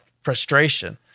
frustration